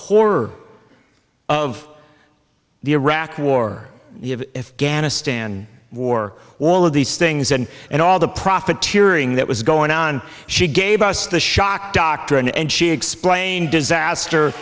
horror of the iraq war if ghana stand war all of these things and and all the profiteering that was going on she gave us the shock doctrine and she explained disaster